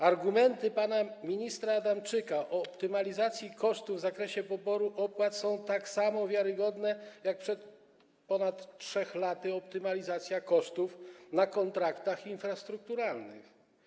Argumenty pana ministra Adamczyka dotyczące optymalizacji kosztów w zakresie poboru opłat są tak samo wiarygodne jak te, które przed ponad trzema laty dotyczyły optymalizacji kosztów na kontraktach infrastrukturalnych.